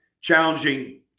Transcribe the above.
challenging